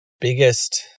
biggest